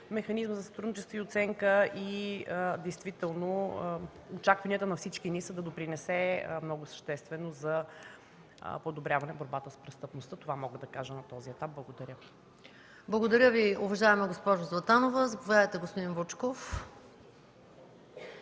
механизма за сътрудничество и оценка и действително очакванията на всички ни са да допринесе много съществено за подобряване борбата с престъпността. Това мога да кажа на този етап. Благодаря. ПРЕДСЕДАТЕЛ МАЯ МАНОЛОВА: Благодаря Ви, уважаема госпожо Златанова. Заповядайте, господин Вучков.